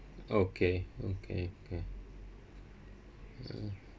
okay okay okay uh